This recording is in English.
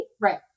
Right